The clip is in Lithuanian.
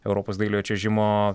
europos dailiojo čiuožimo